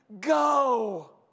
go